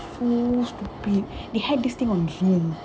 yes yes yes oh my god he's so stupid they had this thing on Zoom